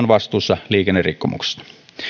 vastuussa liikennerikkomuksista